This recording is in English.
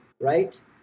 right